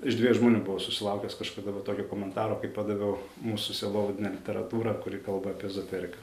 iš dviejų žmonių buvau susilaukęs kažkada va tokio komentaro padaviau mūsų sielovadinę literatūrą kuri kalba apie ezoteriką